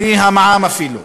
בלי המע"מ אפילו.